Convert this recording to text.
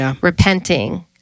repenting